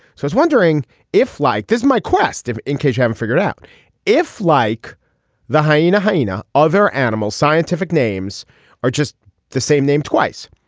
so it's wondering if like this my quest if in case you haven't figured out if like the hyena hyena other animal scientific names are just the same name twice.